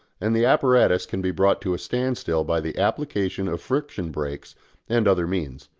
and the apparatus can be brought to a standstill by the application of friction brakes and other means.